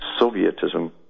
Sovietism